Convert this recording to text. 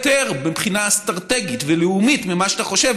מבחינה אסטרטגית ולאומית הרבה יותר ממה שאתה חושב,